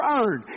earn